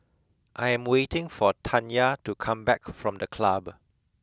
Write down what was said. I am waiting for Tanya to come back from the club